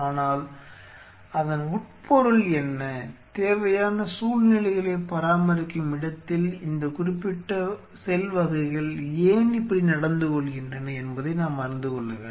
ஆனால் அதன் உட்பொருள் என்ன தேவையான சூழ்நிலைகளை பராமரிக்கும் இடத்தில் இந்த குறிப்பிட்ட செல் வகைகள் ஏன் இப்படி நடந்து கொள்கின்றன என்பதை நாம் அறிந்துகொள்ள வேண்டும்